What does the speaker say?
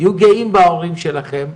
תהיו גאים בהורים שלכם,